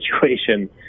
situation